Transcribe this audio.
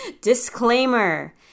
Disclaimer